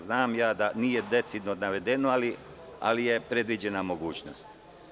Znam da nije decidno navedeno, ali je predviđena mogućnost.